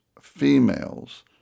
females